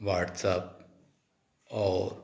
WhatsApp और